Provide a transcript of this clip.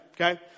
okay